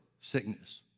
sickness